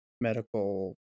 medical